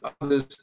others